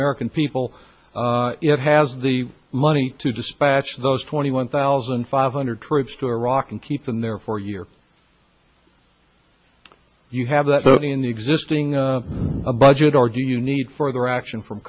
american people it has the money to dispatch those twenty one thousand five hundred troops to iraq and keep them there for years you have that vote in the existing a budget or do you need further action from